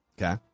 Okay